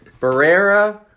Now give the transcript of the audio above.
Barrera